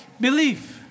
belief